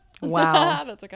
Wow